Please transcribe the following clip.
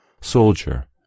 soldier